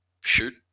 shoot